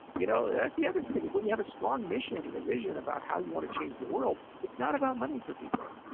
you know, that's the other thing is when you have a strong mission and a vision about how you want to change the world. it's not about money for people.